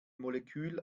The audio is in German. molekül